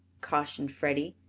cautioned freddie,